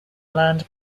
land